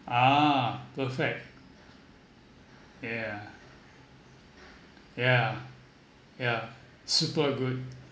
ah perfect yeah yeah ya super good